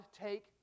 take